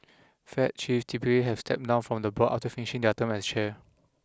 fed chiefs typically have stepped down from the board after finishing their term as chair